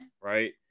right